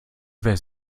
wer